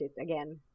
again